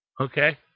Okay